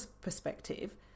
perspective